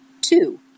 two